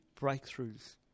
breakthroughs